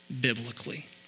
biblically